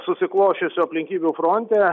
susiklosčiusių aplinkybių fronte